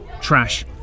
trash